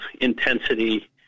intensity